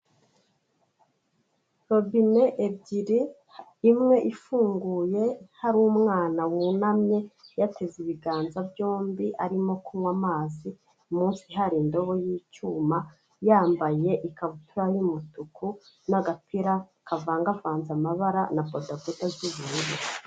Robine ebyiri, imwe ifunguye hari umwana wunamye yateze ibiganza byombi arimo kunywa amazi, munsi hari indobo y’icyuma, yambaye ikabutura y'umutuku n'agapira kavangavanze amabara na bodaboda z'ubururu.